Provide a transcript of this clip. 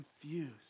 confused